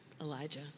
Elijah